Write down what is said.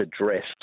address